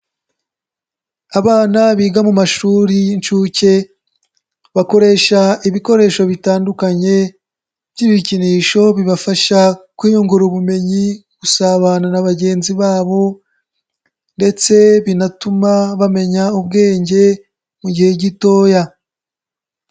Abana biga mu mashuri y'inshuke bakoresha ibikoresho bitandukanye by'ibikinisho bibafasha kwiyungura ubumenyi, gusabana na bagenzi babo ndetse binatuma bamenya ubwenge mu gihe gitoya.